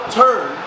turn